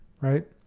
right